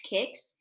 Kicks